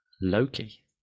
Loki